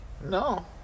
No